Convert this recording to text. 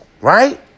Right